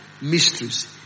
mysteries